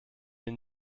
den